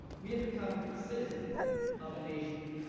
we have become citizens of a nation,